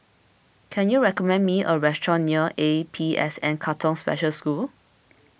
can you recommend me a restaurant near A P S N Katong Special School